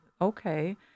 okay